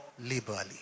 liberally